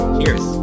Cheers